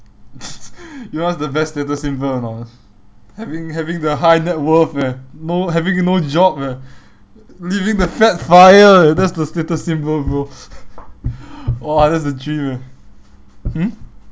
you know what's the best status symbol or not having having the high net worth eh no having no job eh living the fat FIRE eh that's the status symbol bro !wah! that's the dream eh hmm